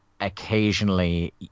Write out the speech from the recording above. occasionally